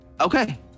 okay